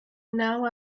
now